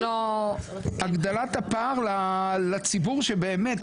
הגדלת הפער לציבור שבאמת,